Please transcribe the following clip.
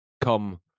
come